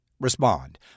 respond